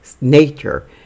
nature